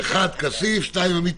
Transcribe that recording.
אחד המושגים, שמוזכרים